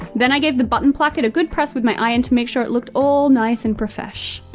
then i gave the button placket a good press with my iron to make sure it looked all nice and profesh.